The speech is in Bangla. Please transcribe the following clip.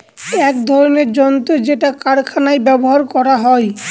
এক ধরনের যন্ত্র যেটা কারখানায় ব্যবহার করা হয়